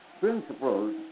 principles